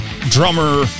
drummer